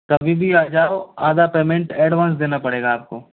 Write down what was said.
कभी भी आ जाओ आधा पेमेंट ऐडवांस देना पड़ेगा आपको